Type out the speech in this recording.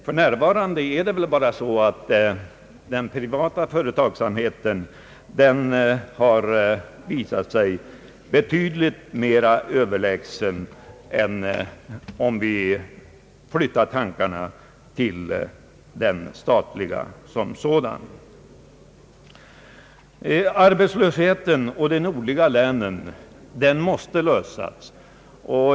För närvarande är det så att den privata företagsamheten har visat sig betydligt överlägsen den statliga. Problemet med arbetslösheten i den nordliga delen av landet måste lösas.